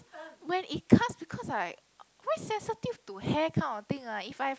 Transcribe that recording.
when it comes because I why sensitive to hair kind of thing lah if I have